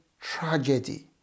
tragedy